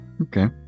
Okay